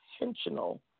intentional